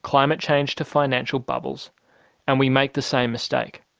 climate change to financial bubbles and we make the same mistake.